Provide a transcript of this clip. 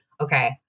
Okay